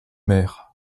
mères